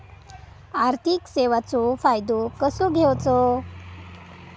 आर्थिक सेवाचो फायदो कसो घेवचो?